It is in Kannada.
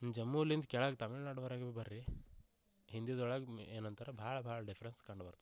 ಜಮ್ಮುವಿನಿಂದ್ ಕೆಳಗೆ ತಮಿಳ್ನಾಡುವರ್ಗೆ ಬರ್ರಿ ಇಂಡಿಯಾದೊಳಗೆ ಏನಂತಾರ ಭಾಳ ಭಾಳ ಡಿಫ್ರೆನ್ಸ್ ಕಂಡು ಬರ್ತದೆ